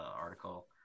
article